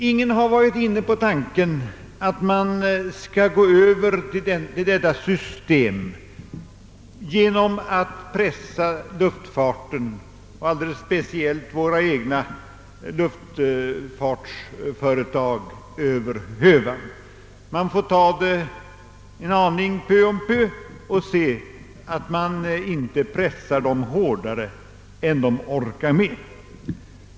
Ingen har varit inne på tanken att gå över till detta system genom att pressa luftfarten — och alldeles speciellt våra egna luftfartsföretag — över hövan. Man får ta det hela en aning peu å peu och se till att inte lasta på hårdare än före tagen orkar med.